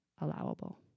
allowable